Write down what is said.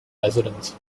residents